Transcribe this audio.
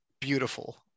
beautiful